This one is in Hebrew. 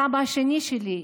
הסבא השני שלי,